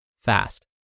fast